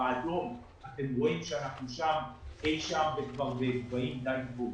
באדום אתם רואים שאנחנו אי שם בגבהים די גבוהים.